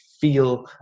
feel